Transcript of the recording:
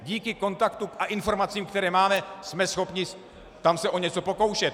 Díky kontaktům a informacím, které máme, jsme schopni se tam o něco pokoušet.